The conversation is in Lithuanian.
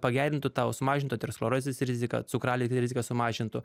pagerintų tau sumažintų aterosklerozės riziką cukraligės riziką sumažintų